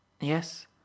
yes